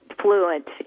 fluent